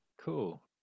Cool